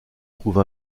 trouve